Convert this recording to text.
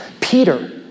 Peter